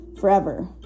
forever